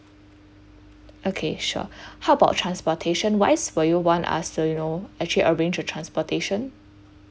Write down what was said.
okay sure how about transportation wise or you want us to you know actually arrange you transportation